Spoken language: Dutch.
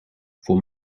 voor